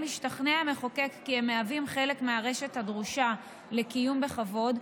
השתכנע המחוקק כי הם חלק מהרשת הדרושה לקיום בכבוד,